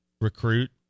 recruit